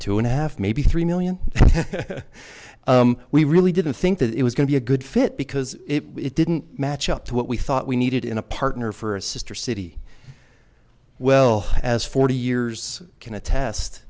two and a half maybe three million we really didn't think that it was going to be a good fit because it didn't match up to what we thought we needed in a partner for a sister city well as forty years can attest